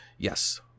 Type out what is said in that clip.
yes